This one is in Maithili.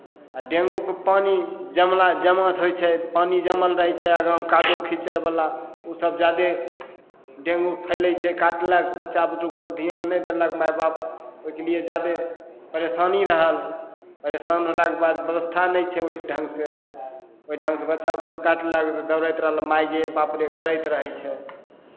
आ डेंगूके पानि जमा जमलासँ होइ छै पानि जमल रहै छै आगाँ कादो खिच्चरवला ओसभ जादे डेंगू फैलै छै काटलक बच्चा बुतरूपर धियान नहि देलक माय बाप ओहि लिए जादे परेशानी रहल परेशान भेलाके बाद व्यवस्था नहि छै ओहि ढङ्गसँ ओहि ढङ्गसँ बच्चा बुतरूकेँ काटलक तऽ दौड़ैत रहल माय गे बाप गे करैत रहै छै